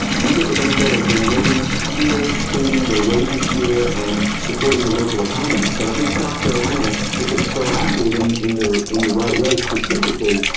we get the benefit of them living here, spending their wages here and supporting the local economy. so, i think south carolina if it's proactive and in in the right way strategically,